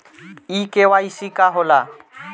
इ के.वाइ.सी का हो ला?